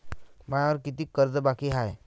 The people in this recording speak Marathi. मायावर कितीक कर्ज बाकी हाय?